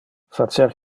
facer